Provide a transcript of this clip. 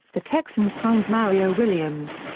the texans signed mario williams,